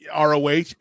ROH